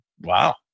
Wow